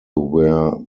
wear